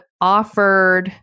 offered